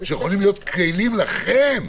שיכולים להיות כלים לכם,